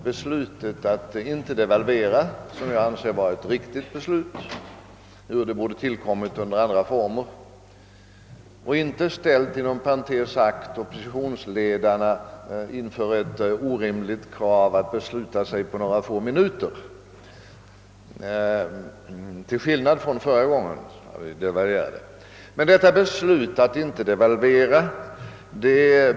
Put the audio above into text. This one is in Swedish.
Beslutet att inte devalvera anser jag vara ett riktigt beslut, ehuru det borde ha tillkommit under andra former — man borde inte ha ställt oppo sitionsledarna inför ett orimligt krav att besluta sig på några få minuter till skillnad mot vad som hände förra gång . en då Sverige devalverade.